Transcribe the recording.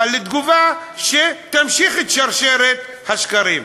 אבל לתגובה שתמשיך את שרשרת השקרים.